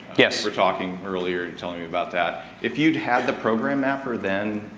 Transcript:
yes. we're talking, earlier, telling me about that if you'd had the program after then.